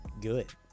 good